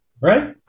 right